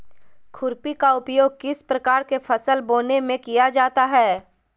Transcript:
खुरपी का उपयोग किस प्रकार के फसल बोने में किया जाता है?